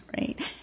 right